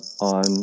on